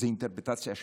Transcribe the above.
זו אינטרפרטציה שלך.